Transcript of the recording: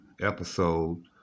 episode